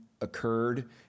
occurred